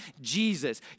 Jesus